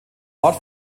ort